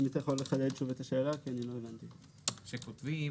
כלומר כשכותבים